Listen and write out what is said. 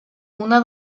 una